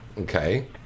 okay